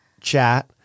chat